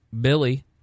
Billy